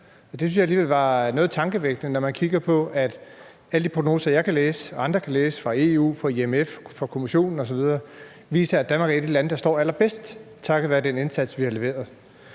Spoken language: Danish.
Det synes jeg alligevel var noget tankevækkende, når alle de prognoser, jeg kan læse, og som andre kan læse, fra EU, IMF, Kommissionen osv. viser, at Danmark er et af de lande, der står allerbedst, takket være den indsats, vi har leveret.